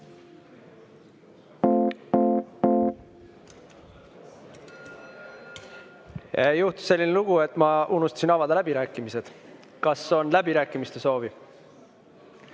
ka. Juhtus selline lugu, et ma unustasin avada läbirääkimised. Kas on läbirääkimiste soovi?